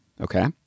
Okay